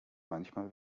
manchmal